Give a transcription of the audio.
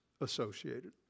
associated